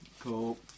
Cool